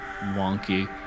wonky